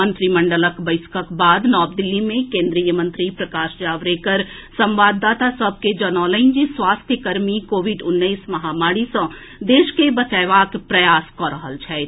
मंत्रिमंडलक बैसकक बाद नव दिल्ली मे केन्द्रीय मंत्री प्रकाश जावड़ेकर संवाददाता सभ के जनौलनि जे स्वास्थ्य कर्मी कोविड उन्नैस महामारी सॅ देश के बचएबाक प्रयास कऽ रहल छथि